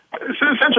essentially